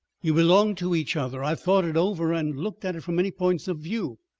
you belong to each other. i have thought it over and looked at it from many points of view.